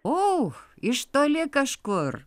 o iš toli kažkur